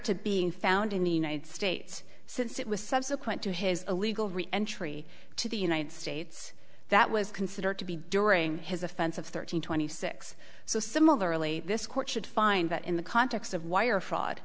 to being found in the united states since it was subsequent to his illegal entry to the united states that was considered to be during his offense of thirteen twenty six so similarly this court should find that in the context of wire fraud